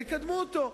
ויקדמו אותו,